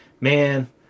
man